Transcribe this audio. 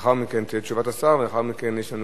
לאחר מכן תהיה תשובת השר,